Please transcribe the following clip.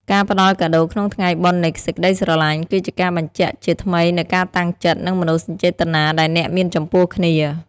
ការផ្ដល់កាដូក្នុងថ្ងៃបុណ្យនៃសេចក្ដីស្រឡាញ់ គឺជាការបញ្ជាក់ជាថ្មីនូវការតាំងចិត្ត និងមនោសញ្ចេតនាដែលអ្នកមានចំពោះគ្នា។